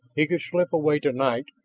he could slip away tonight,